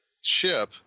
ship